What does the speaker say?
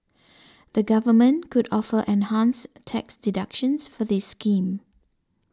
the government could offer enhanced tax deductions for this scheme